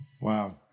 Wow